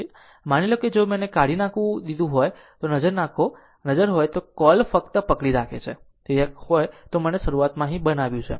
માની લો જો મને કાઢી નાંખવા દીધું હોય જો આ નજર પર આ નજર હોય તો આ કોલ ફક્ત પકડી રાખે છે ધારો કે જો અહીં હોય તો મેં તેને શરૂઆતમાં અહીં બનાવ્યું છે